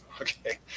Okay